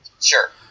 Sure